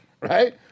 right